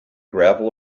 gravel